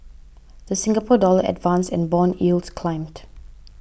the Singapore Dollar advanced and bond yields climbed